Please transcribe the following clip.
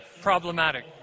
problematic